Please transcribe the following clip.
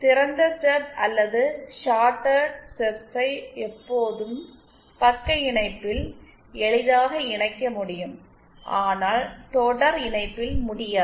திறந்த ஸ்டப் அல்லது ஷார்டட் ஸ்டப்ஸை எப்போதும் பக்க இணைப்பில் எளிதாக இணைக்க முடியும் ஆனால் தொடர் இணைப்பில் முடியாது